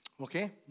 okay